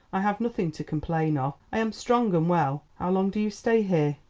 i have nothing to complain of. i am strong and well. how long do you stay here?